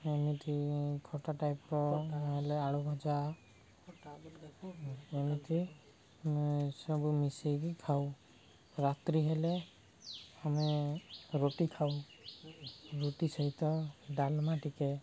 ଏମିତି ଖଟା ଟାଇପ୍ର ନହେଲେ ଆଳୁ ଭଜା ଏମିତି ସବୁ ମିଶାଇକି ଖାଉ ରାତ୍ରି ହେଲେ ଆମେ ରୁଟି ଖାଉ ରୁଟି ସହିତ ଡାଲମା ଟିକେ